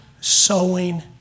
sowing